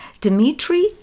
Dmitry